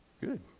Good